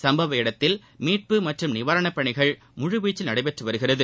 சும்பவ இடத்தில் மீட்பு மற்றும் நிவாரண பணிகள் முழுவீச்சில் நடைபெற்று வருகிறது